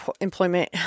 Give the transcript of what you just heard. employment